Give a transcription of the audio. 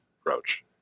approach